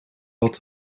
wat